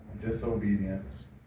disobedience